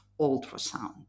ultrasound